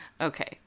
Okay